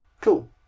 Cool